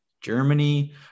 germany